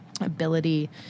ability